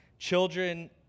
Children